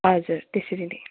हजुर त्यसरी नै